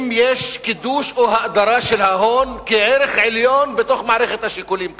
אם יש קידוש או האדרה של ההון כערך עליון בתוך מערכת השיקולים כאן,